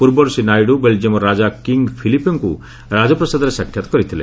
ପୂର୍ବର୍ ଶ୍ରୀ ନାଇଡ଼ ବେଲ୍ଜିୟମ୍ର ରାଜା କିଙ୍ଗ୍ ଫିଲିପେଙ୍କ ରାଜପ୍ରାସାଦରେ ସାକ୍ଷାତ୍ କରିଥିଲେ